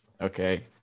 Okay